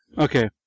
Okay